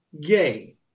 gay